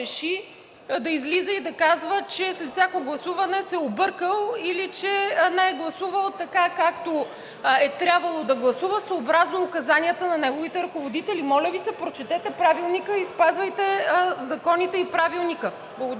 да излиза и да казва, че след всяко гласуване се е объркал или че не е гласувал така, както е трябвало да гласува, съобразно указанията на неговите ръководители. Моля Ви, прочетете Правилника и спазвайте законите и Правилника. Благодаря.